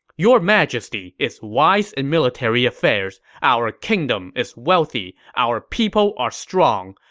your majesty is wise in military affairs, our kingdom is wealthy, our people are strong.